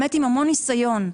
עם המון ניסיון,